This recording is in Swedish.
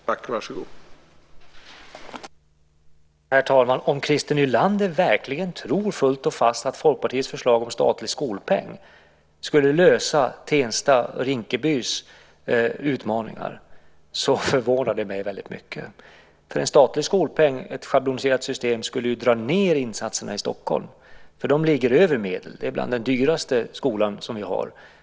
Herr talman! Det förvånar mig mycket om Christer Nylander verkligen fullt och fast tror att Folkpartiets förslag om statlig skolpeng skulle lösa utmaningarna för Tensta och Rinkeby. En statlig skolpeng, ett schabloniserat system skulle dra ned insatserna i Stockholm. De ligger över medel. De är bland de dyraste skolorna som vi har.